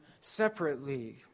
separately